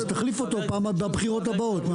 אז תחליף אותו בבחירות הבאות.